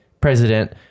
president